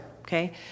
okay